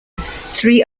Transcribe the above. three